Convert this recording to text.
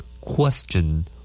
Question